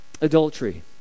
adultery